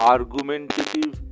Argumentative